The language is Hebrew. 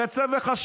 הרי צא וחשב,